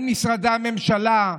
אם משרדי הממשלה,